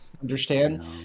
understand